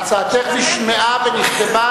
הצעתך נשמעה ונכתבה,